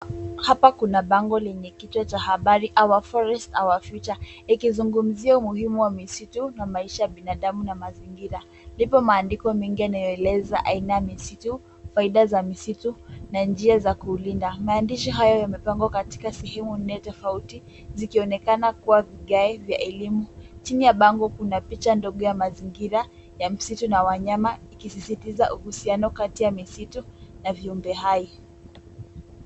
Hapa kuna bango lenye kichwa cha habari Our Forest Our Future ikizungumzia umuhimu wa misitu na maisha ya binadamu na mazingira. Ipo maandiko mengi yanayoeleza aina ya misitu, faida za mistitu na njia za kulinda. Maandishi hayo yamepangwa katika sehemu nne tofauti zikionekana kuwa vigae vya elimu. Chini ya bango kuna picha ndogo ya mazingira ya msitu na wanyama ikisisitiza uhusiano kati ya misitu na viumbe hai.